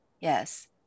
Yes